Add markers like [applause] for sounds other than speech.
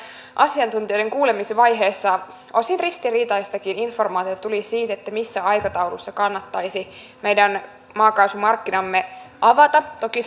asiantuntijoiden kuulemisvaiheessa osin ristiriitaistakin informaatiota tuli siitä missä aikataulussa kannattaisi meidän maakaasumarkkinamme avata toki [unintelligible]